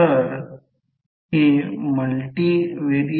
तर 3 1 0